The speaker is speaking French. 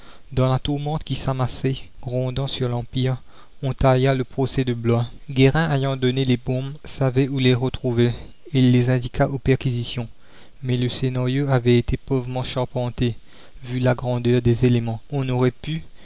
dans la tourmente qui s'amassait grondant sur l'empire on tailla le procès de blois guérin ayant donné les bombes savait où les retrouver il les indiqua aux perquisitions mais le scenario avait été pauvrement charpenté vu la grandeur des éléments on aurait pu